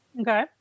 Okay